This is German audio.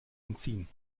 entziehen